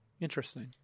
Interesting